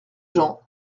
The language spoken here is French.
jean